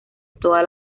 toda